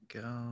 go